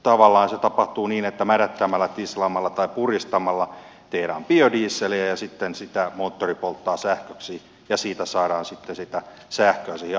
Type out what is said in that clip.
tavallaan se tapahtuu niin että mädättämällä tislaamalla tai puristamalla tehdään biodieseliä ja sitten sitä moottori polttaa sähköksi ja siitä saadaan sitten sitä sähköä siihen autoon